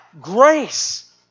grace